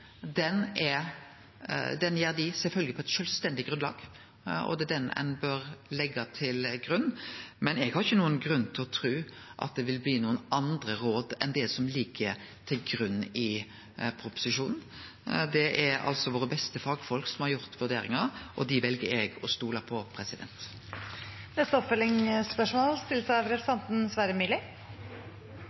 på eit sjølvstendig grunnlag, og det er den vurderinga ein bør leggje til grunn. Men eg har ingen grunn til å tru at det vil bli nokon andre råd enn dei som ligg til grunn i proposisjonen. Det er altså dei beste fagfolka våre som har gjort vurderinga, og eg vel å stole på